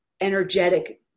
energetic